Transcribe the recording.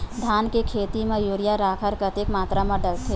धान के खेती म यूरिया राखर कतेक मात्रा म डलथे?